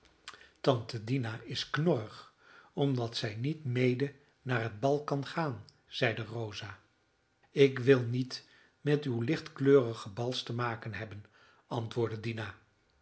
tante dina is knorrig omdat zij niet mede naar het bal kan gaan zeide rosa ik wil niet met uw lichtkleurige bals te maken hebben antwoordde dina